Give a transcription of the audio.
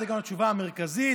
אז הגענו לתשובה המרכזית,